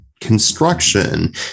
construction